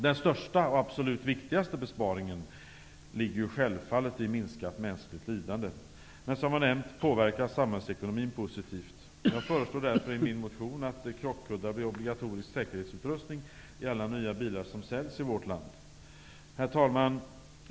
Den största och absolut viktigaste besparingen ligger självfallet i minskat mänskligt lidande, men som jag nämnt påverkas också samhällsekonomin positivt. Jag föreslår därför i min motion att krockkuddar blir obligatorisk säkerhetsutrustning i alla nya bilar som säljs i vårt land. Herr talman!